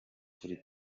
kuri